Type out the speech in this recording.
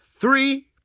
three